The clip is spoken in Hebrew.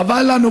חבל לנו.